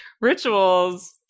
rituals